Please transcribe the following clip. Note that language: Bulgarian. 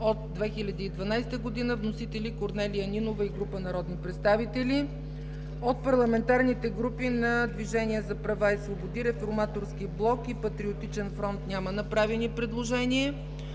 от 2012 г. Вносители са Корнелия Нинова и група народни представители. От парламентарните групи на Движението за права и свободи, Реформаторския блок и Патриотичния фронт няма направени предложения.